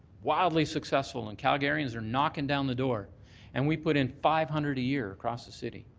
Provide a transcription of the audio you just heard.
wildly successful and calgarians are knocking down the door and we put in five hundred a year across the city.